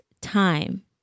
time